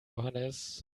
johannes